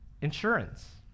insurance